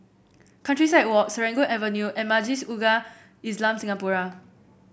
Countryside Walk Serangoon Avenue and Majlis Ugama Islam Singapura